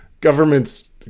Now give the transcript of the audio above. government's